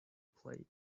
plate